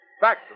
back